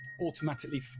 automatically